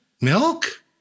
Milk